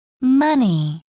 Money